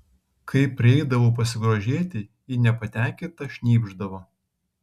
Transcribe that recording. kai prieidavau pasigrožėti ji nepatenkinta šnypšdavo